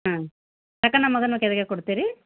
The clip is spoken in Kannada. ಹಾಂ ರೊಕ್ಕ ನಮ್ಮ ಮಗನ ಕೈಗೆ ಕೊಡ್ತೀರಾ